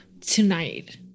tonight